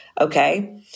Okay